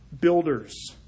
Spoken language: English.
builders